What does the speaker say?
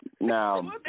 Now